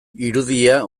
irudia